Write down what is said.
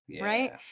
Right